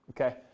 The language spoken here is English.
okay